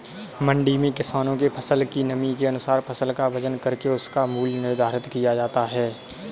मंडी में किसानों के फसल की नमी के अनुसार फसल का वजन करके उसका मूल्य निर्धारित किया जाता है